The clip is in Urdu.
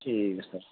ٹھیک ہے سر